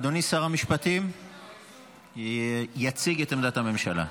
אדוני שר המשפטים יציג את עמדת הממשלה.